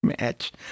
match